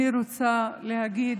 אני רוצה להגיד,